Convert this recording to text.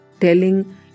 telling